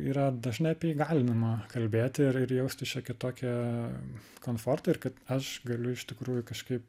yra dažnai galinima kalbėti ir ir jausti šiokį tokį komfortą ir kad aš galiu iš tikrųjų kažkaip